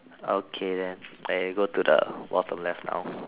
okay then I go to the bottom left now